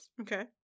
Okay